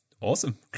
awesome